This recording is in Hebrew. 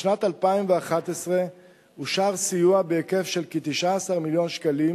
בשנת 2011 אושר סיוע בהיקף של כ-19 מיליון שקלים,